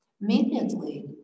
immediately